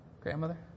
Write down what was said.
Grandmother